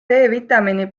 vitamiini